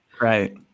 right